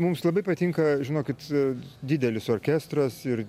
mums labai patinka žinokit didelis orkestras ir